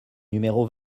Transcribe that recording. numéro